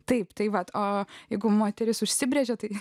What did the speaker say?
taip tai vat o jeigu moteris užsibrėžė tai